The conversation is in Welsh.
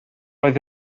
oedd